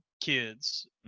kids